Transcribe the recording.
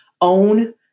own